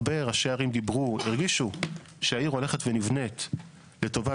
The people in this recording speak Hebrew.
הרבה ראשי ערים הרגישו שהעיר הולכת ונבנית לטובת